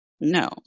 No